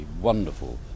wonderful